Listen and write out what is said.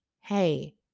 hey